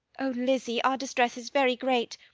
oh, lizzy, our distress is very great!